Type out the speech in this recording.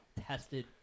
tested